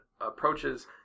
approaches